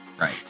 right